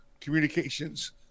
communications